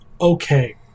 okay